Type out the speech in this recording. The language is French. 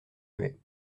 muet